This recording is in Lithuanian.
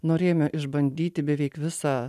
norėjome išbandyti beveik visą